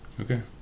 Okay